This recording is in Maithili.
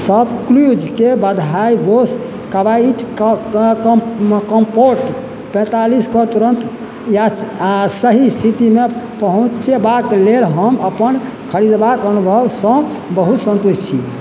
शॉपक्लूजके बधाइ बोस क्वाइट कम कम्फोर्ट पैतालीस कऽ तुरन्त या आ सही स्थितिमे पहुँचयबाक लेल हम अपन खरीदबाक अनुभवसँ बहुत सन्तुष्ट छी